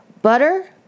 Butter